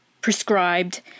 prescribed